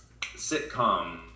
sitcom